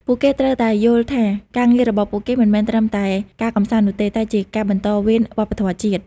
ពួកគេត្រូវតែយល់ថាការងាររបស់ពួកគេមិនមែនត្រឹមតែការកម្សាន្តនោះទេ តែជាការបន្តវេនវប្បធម៌ជាតិ។